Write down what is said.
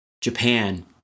japan